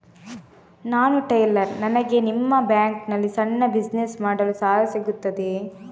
ನಾನು ಟೈಲರ್, ನನಗೆ ನಿಮ್ಮ ಬ್ಯಾಂಕ್ ನಲ್ಲಿ ಸಣ್ಣ ಬಿಸಿನೆಸ್ ಮಾಡಲು ಸಾಲ ಸಿಗುತ್ತದೆಯೇ?